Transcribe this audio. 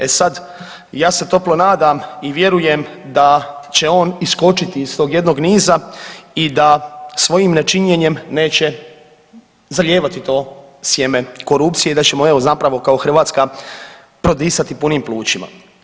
E sad, ja se toplo nadam i vjerujem da će on iskočiti iz tog jednog niza i da svojim nečinjenjem neće zalijevati to sjeme korupcije i da ćemo evo zapravo kao Hrvatska prodisati punim plućima.